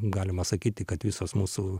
galima sakyti kad visos mūsų